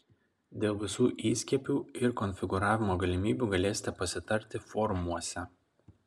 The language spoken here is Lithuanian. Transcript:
dėl visų įskiepių ir konfigūravimo galimybių galėsite pasitarti forumuose